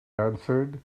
answered